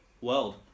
world